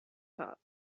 top